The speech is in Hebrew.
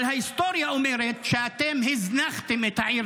אבל ההיסטוריה אומרת שאתם הזנחתם את העיר